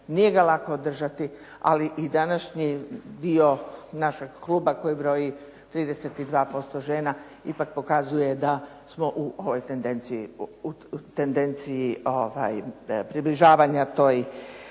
Nije ga lako održati, ali i današnji dio našeg kluba koji broji 32% žena ipak pokazuje da smo u ovoj tendenciji približavanja toj